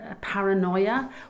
paranoia